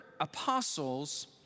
apostles